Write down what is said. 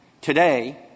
today